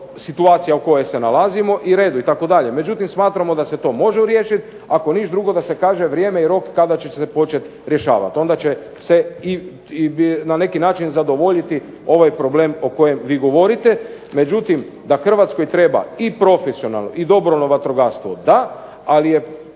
situacija u kojoj se nalazimo itd. Međutim, smatramo da se to može riješiti. Ako ništa drugo da se kaže vrijeme i rok kada će se početi rješavati. Onda će se i na neki način zadovoljiti ovaj problem o kojem vi govorite. Međutim, da Hrvatskoj treba i profesionalno i dobrovoljno vatrogastvo da, ali je